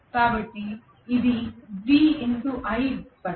కాబట్టి ఇది VI ఉత్పత్తి